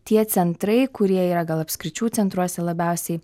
tie centrai kurie yra gal apskričių centruose labiausiai